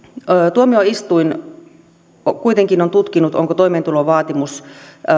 tuomioistuin kuitenkin on tutkinut onko toimeentulovaatimus